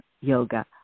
yoga